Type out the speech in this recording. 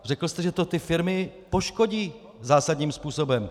Řekl jste, že to ty firmy poškodí zásadním způsobem.